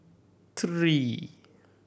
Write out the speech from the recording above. three